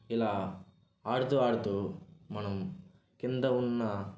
ఇలా ఆడుతూ ఆడుతూ మనం కింద ఉన్నా